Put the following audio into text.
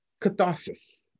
catharsis